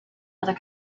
other